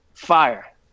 Fire